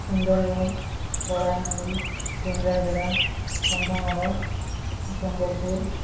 Sundargarh Kalahandi Kendrapara Kandhamal Sambalpur